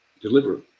deliver